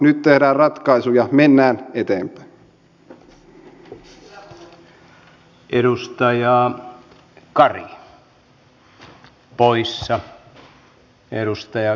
nyt tehdään ratkaisuja mennään eteenpäin